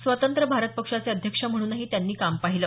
स्वतंत्र भारत पक्षाचे अध्यक्ष म्हणूनही त्यांनी काम पाहिलं